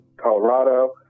Colorado